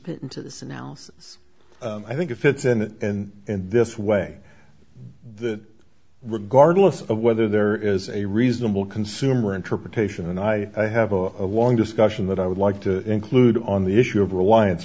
fit into this analysis i think it fits and in this way that regardless of whether there is a reasonable consumer interpretation and i have a long discussion that i would like to include on the issue of reliance